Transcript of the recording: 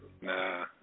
Nah